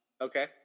Okay